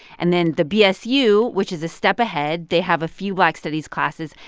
and then the bsu, which is a step ahead, they have a few black studies classes,